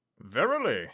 Verily